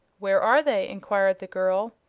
where are they? enquired the girl.